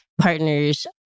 partners